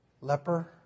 Leper